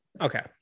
okay